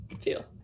feel